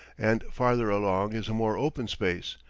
and farther along is a more open space,